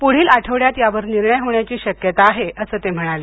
पुढील आठवड्यात यावर निर्णय होण्याची शक्यता आहे असं ते म्हणाले